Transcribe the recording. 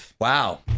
Wow